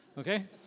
Okay